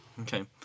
Okay